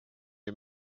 you